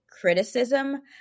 criticism